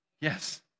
Yes